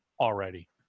already